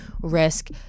risk